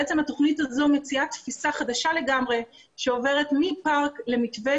בעצם התכנית הזו מציעה תפיסה חדשה לגמרי שעוברת מפארק למתווה